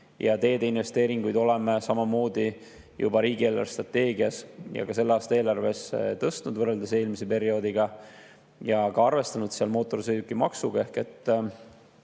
Teeinvesteeringuid oleme samamoodi juba riigi eelarvestrateegias ja ka selle aasta eelarves tõstnud võrreldes eelmise perioodiga, oleme arvestanud ka seal mootorsõidukimaksuga.